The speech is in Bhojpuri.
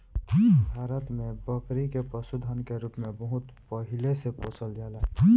भारत में बकरी के पशुधन के रूप में बहुत पहिले से पोसल जाला